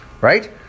Right